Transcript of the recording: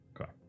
Okay